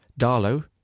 Darlow